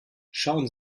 schauen